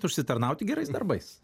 užsitarnauti gerais darbais